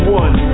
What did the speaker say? one